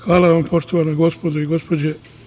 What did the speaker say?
Hvala vam, poštovana gospodo i gospođe.